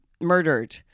murdered